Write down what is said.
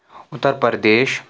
Uttar Pradesh